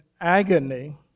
agony